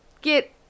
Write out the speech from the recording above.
get